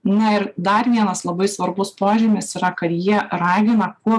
na ir dar vienas labai svarbus požymis yra kad jie ragina kuo